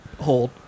hold